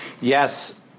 yes